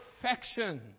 perfection